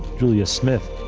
julia smith,